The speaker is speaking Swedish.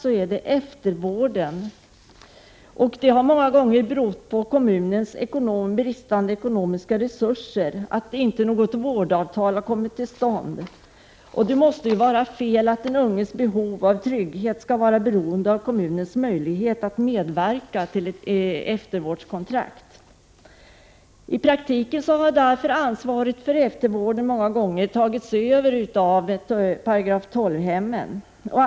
Många gånger har det berott på kommunens bristande ekonomiska resurser att något vårdavtal inte kommit till stånd. Det måste vara fel när den unges behov av trygghet skall vara beroende av kommunens möjlighet att medverka till eftervårdskontrakt. Ansvaret för eftervården har därför ofta i praktiken tagits över av § 12-hemmen.